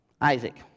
Isaac